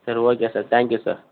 sir okay sir thank you sir